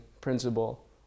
principle